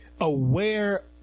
Aware